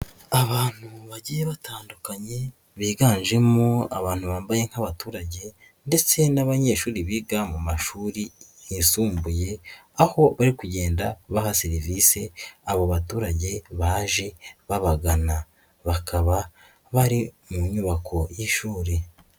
Abantu bagiye batandukanye biganjemo abantu bambaye nk'abaturage ndetse n'abanyeshuri biga mu mashuri yisumbuye, aho bari kugenda baha serivisi abo baturage baje babagana. Bakaba bari mu nyubako y'ishuri.